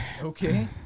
Okay